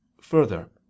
Further